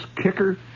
kicker